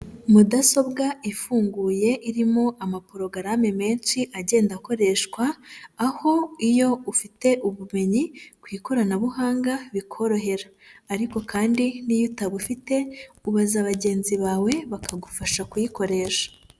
Mudasobwa ifunguye irimo amaporogarame menshi agenda akoreshwa, aho iyo ufite ubumenyi ku ikoranabuhanga bikorohera. Ariko kandi n'iyo utabufite ubaza bagenzi bawe bakagufasha kuyikoresha.